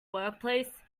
workplace